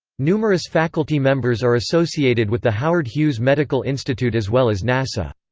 numerous faculty members are associated with the howard hughes medical institute as well as nasa.